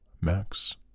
Max